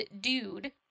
dude